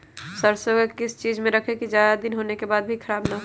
सरसो को किस चीज में रखे की ज्यादा दिन होने के बाद भी ख़राब ना हो?